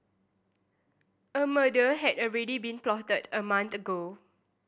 a murder had already been plotted a month ago